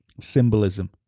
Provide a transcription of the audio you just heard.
symbolism